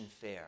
fair